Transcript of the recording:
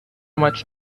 much